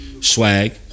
swag